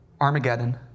Armageddon